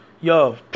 yo